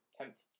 Tempted